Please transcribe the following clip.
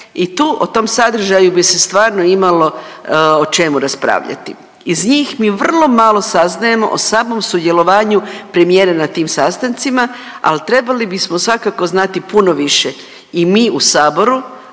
i tu o tom sadržaju bi se stvarno imalo o čemu raspravljati. Iz njih mi vrlo malo saznajemo o samom sudjelovanju premijera na tim sastancima, ali trebali bismo svakako znati puno više i mi u saboru,